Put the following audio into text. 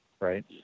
right